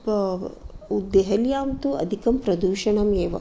देहल्यां तु अधिकं प्रदूषणम् एव